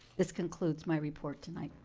this concludes my report tonight.